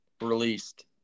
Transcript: released